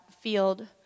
field